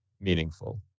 meaningful